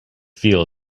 feel